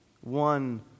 One